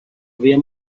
había